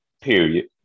period